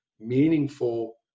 meaningful